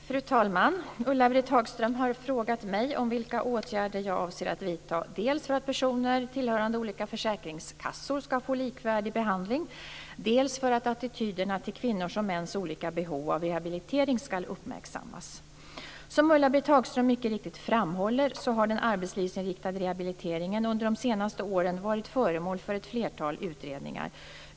Fru talman! Ulla-Britt Hagström har frågat mig vilka åtgärder jag avser att vidta dels för att personer tillhörande olika försäkringskassor skall få likvärdig behandling, dels för att attityderna till kvinnors och mäns olika behov av rehabilitering skall uppmärksammas. Som Ulla-Britt Hagström mycket riktigt framhåller har den arbetslivsinriktade rehabiliteringen under de senaste åren varit föremål för ett flertal utredningar.